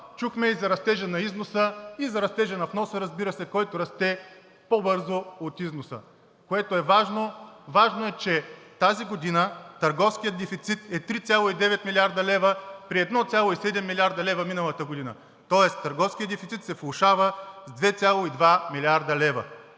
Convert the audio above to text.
Чухме и за растежа на износа, и за растежа на вноса, разбира се, който расте по-бързо от износа, което е важно. Важно е, че тази година търговският дефицит е 3,9 млрд. лв. при 1,7 млрд. лв. миналата година, тоест търговският дефицит се влошава с 2,2 млрд. лв.